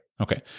Okay